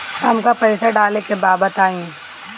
हमका पइसा डाले के बा बताई